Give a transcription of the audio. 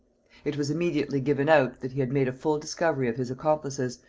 it was immediately given out, that he had made a full discovery of his accomplices,